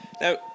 Now